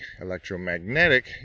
electromagnetic